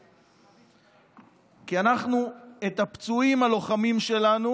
היא כי אנחנו משקמים את הפצועים הלוחמים שלנו